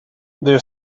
their